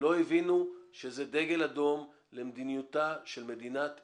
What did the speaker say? לא הבינו שזה דגל אדום למדיניותה של מדינת ישראל.